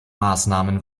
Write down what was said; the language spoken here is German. maßnahmen